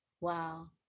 wow